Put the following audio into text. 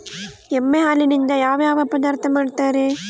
ಎಮ್ಮೆ ಹಾಲಿನಿಂದ ಯಾವ ಯಾವ ಪದಾರ್ಥಗಳು ಮಾಡ್ತಾರೆ?